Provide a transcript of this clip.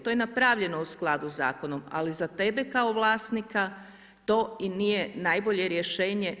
To je napravljeno u skladu sa zakonom, ali za tebe kao vlasnika, to i nije najbolje miješnje.